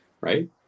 Right